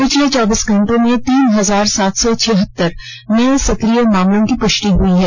पिछले चौबीस घंटों में तीन हजार सात सौ छियहतर नये सक्रिय मामलों की पुष्टि हुई है